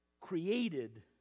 created